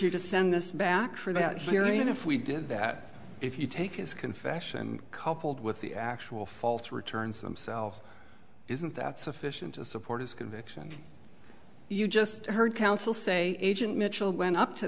you to send this back for that hearing and if we did that if you take his confession coupled with the actual fault returns themselves isn't that sufficient to support his conviction you just heard counsel say agent mitchell went up to